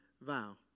vow